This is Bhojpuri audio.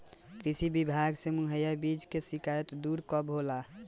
कृषि विभाग से मुहैया बीज के शिकायत दुर कब होला?